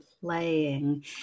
playing